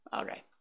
okay